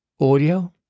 audio